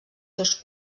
seus